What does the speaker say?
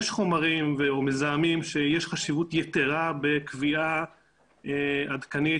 יש חומרים או מזהמים שיש חשיבות יתרה בקביעה עדכנית